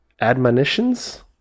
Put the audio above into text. admonitions